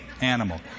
animal